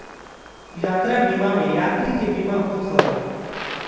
यात्रा बीमा में यात्री के बीमा होत हवे